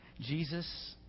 Jesus